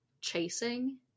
chasing